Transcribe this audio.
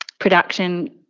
production